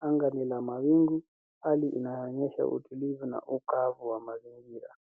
Anga ni la mawingu, hali inayoonyesha utulivu na ukaavu wa mazingira.